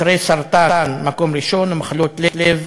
אחרי סרטן, במקום הראשון, ומחלות לב,